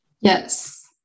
Yes